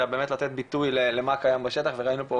אלא באמת לתת ביטוי למה קיים בשטח וראינו פה